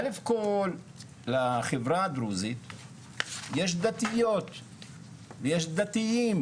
א' כל לחברה הדרוזית יש דתיות ויש דתיים